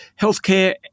Healthcare